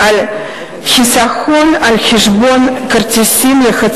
אך נתונים סטטיסטיים מהשנים האחרונות,